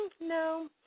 no